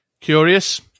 curious